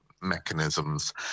mechanisms